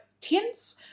tints